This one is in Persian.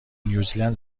نیوزلند